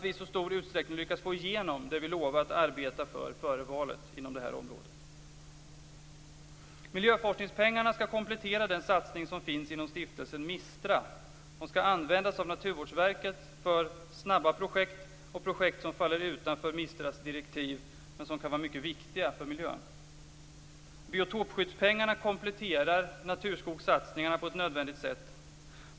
Miljöforskningspengarna skall komplettera den satsning som finns inom stiftelsen MISTRA. Biotopskyddspengarna kompletterar naturskogssatsningarna på ett nödvändigt sätt.